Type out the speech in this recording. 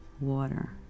water